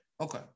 okay